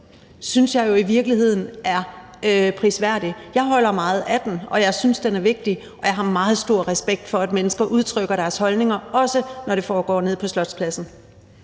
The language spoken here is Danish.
synes jeg jo i virkeligheden er prisværdig. Jeg holder meget af den, og jeg synes, den er vigtig. Jeg har meget stor respekt for, at mennesker udtrykker deres holdninger, også når det foregår nede på Slotspladsen.